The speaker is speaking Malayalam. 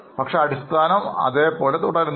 പക്ഷേ അടിസ്ഥാനം അതേപടി തുടരുന്നു